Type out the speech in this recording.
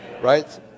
right